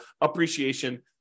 appreciation